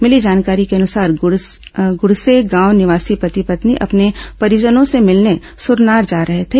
मिली जानकारी के अनुसार गुड़से गांव निवासी पति पत्नी अपने परिजनों से मिलने सुरनार जा रहे थे